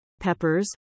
peppers